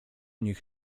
nich